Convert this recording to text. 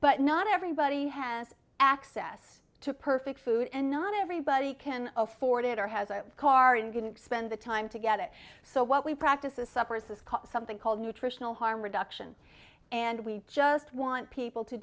but not everybody has access to perfect food and not everybody can afford it or has a car and didn't spend the time to get it so what we practice is suppers is called something called nutritional harm reduction and we just want people to